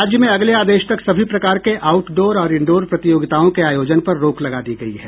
राज्य में अगले आदेश तक सभी प्रकार के आउट डोर और इंडोर प्रतियोगिताओं के आयोजन पर रोक लगा दी गयी है